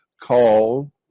called